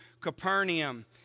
Capernaum